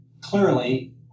clearly